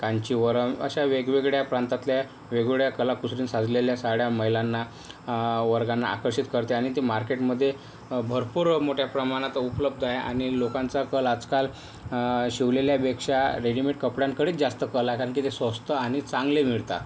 कांचीवरम अशा वेगवेगळ्या प्रांतातल्या वेगवेगळ्या कलाकुसरीन सजलेल्या साड्या महिलांना वर्गांना आकर्षित करते आणि ते मार्केटमध्ये भरपूर मोठ्या प्रमाणात उपलब्ध आहे आणि लोकांचा कल आजकाल शिवलेल्यापेक्षा रेडिमेड कपड्यांकडेच जास्त कल आहे कारण की ते स्वस्त आणि चांगले मिळतात